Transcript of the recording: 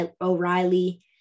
O'Reilly